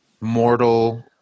mortal